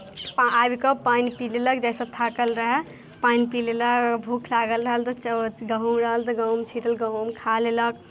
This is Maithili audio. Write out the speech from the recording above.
आबि कऽ पानि पी लेलक जे सभ थाकल रहै पानि पी लेलक अगर भूख लागल रहल तऽ गहूँम रहल तऽ गहूँम छीँटल गहूँम खा लेलक